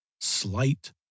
slight